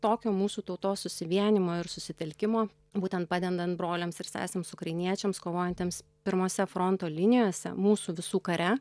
tokio mūsų tautos susivienijimo ir susitelkimo būtent padedant broliams ir sesėms ukrainiečiams kovojantiems pirmose fronto linijose mūsų visų kare